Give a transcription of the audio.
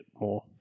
more